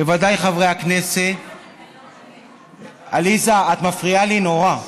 בוודאי חברי הכנסת, עליזה, את מפריעה לי נורא.